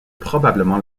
probablement